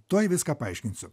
tuoj viską paaiškinsiu